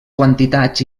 quantitats